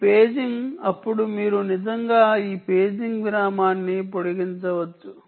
ఈ పేజింగ్ అప్పుడు మీరు నిజంగా ఈ పేజింగ్ విరామాన్ని పొడిగించవచ్చు